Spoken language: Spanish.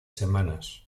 semanas